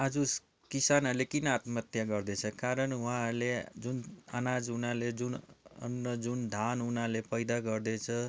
आज किसानहरूले किन आत्महत्या गर्दैछ कारण उहाँहरूले जुन अनाज उनीहरूले जुन अन्न जुन धान उनीहरूले पैदा गर्दैछ